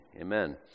Amen